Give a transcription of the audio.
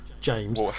James